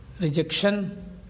rejection